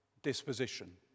disposition